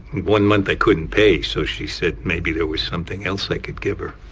one month, i couldn't pay, so she said maybe there was something else i could give her.